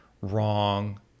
wrong